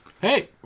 Hey